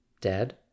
Dead